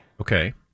Okay